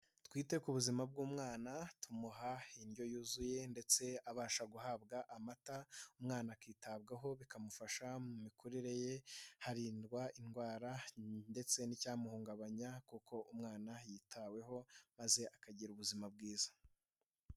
Twite ku buzima bw'umwana, tumuha indyo yuzuye ndetse abasha guhabwa amata, umwana akitabwaho, bikamufasha mu mikurire ye, harindwa indwara ndetse n'icyamuhungabanya kuko umwana yitaweho, maze akagira ubuzima bwiza.